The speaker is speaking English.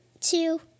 two